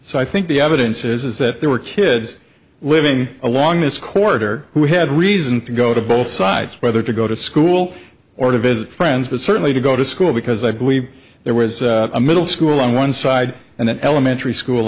so i think the evidence is that there were kids living along this corridor who had reason to go to both sides whether to go to school or to visit friends but certainly to go to school because i believe there was a middle school on one side and the elementary school